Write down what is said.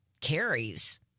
carries